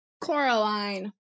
Coraline